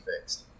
fixed